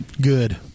Good